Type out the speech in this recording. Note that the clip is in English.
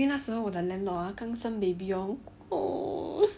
um 因为那时候我的 landlord 刚生 baby hor